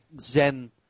zen